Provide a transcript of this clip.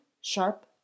sharp